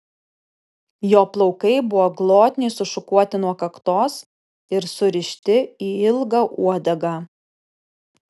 jo plaukai buvo glotniai sušukuoti nuo kaktos ir surišti į ilgą uodegą